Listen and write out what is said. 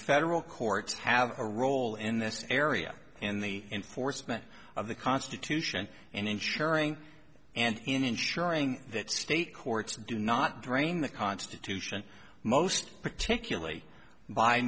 federal courts have a role in this area and the force and of the constitution and ensuring and ensuring that state courts do not drain the constitution most particularly by